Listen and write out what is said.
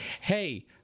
Hey